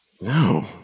No